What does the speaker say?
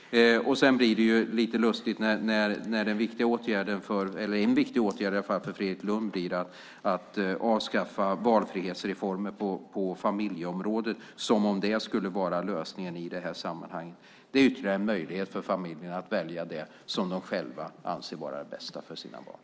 Det blir lite lustigt när en viktig åtgärd för Fredrik Lundh blir att avskaffa valfrihetsreformer på familjeområdet, som om det skulle vara lösningen i detta sammanhang. Detta är ytterligare en möjlighet för familjerna att välja det som de själva anser vara det bästa för sina barn.